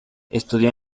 estudió